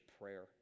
prayer